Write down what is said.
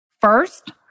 First